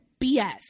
BS